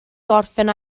gorffen